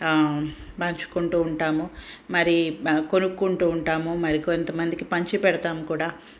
పంచుకుంటూ ఉంటాము మరి కొనుక్కుంటూ ఉంటాము మరి కొంతమందికి పంచి పెడతాం కూడా